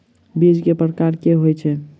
बीज केँ प्रकार कऽ होइ छै?